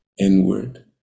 inward